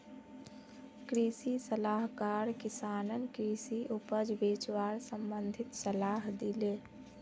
कृषि सलाहकार किसानक कृषि उपज बेचवार संबंधित सलाह दिले